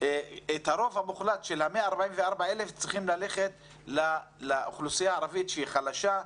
את הרוב המוחלט של ה-144,000 שצריכים ללכת לאוכלוסייה הערבית שהיא חלשה.